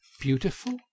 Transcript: beautiful